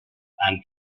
and